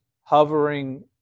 hovering